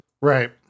right